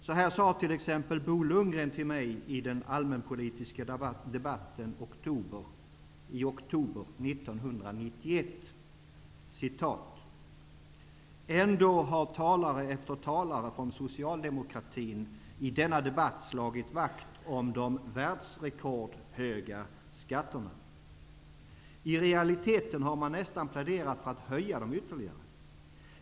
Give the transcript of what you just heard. Så här sade t.ex. Bo Lundgren till mig i den allmänpolitiska debatten i oktober 1991: ''Ändå har talare efter talare från socialdemokratin i denna debatt slagit vakt om de världsrekordhöga skatterna. I realiteten har man nästan pläderat för att höja dem ytterligare.